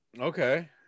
okay